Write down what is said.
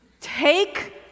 take